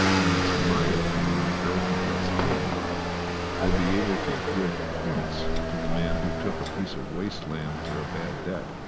and it's my opinion the girl who gets him will be able to give points to the man who took a piece of waste land for a bad debt,